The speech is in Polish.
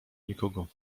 nikogo